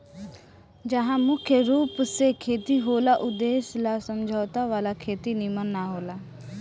जहा मुख्य रूप से खेती होला ऊ देश ला समझौता वाला खेती निमन न होला